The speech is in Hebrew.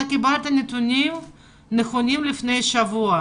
אתה קיבלת נתונים נכונים ללפני שבוע.